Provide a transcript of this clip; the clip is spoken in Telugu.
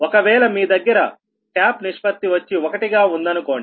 ఒకవేళ మీ దగ్గర టాప్ నిష్పత్తి వచ్చి 1 గా ఉందనుకోండి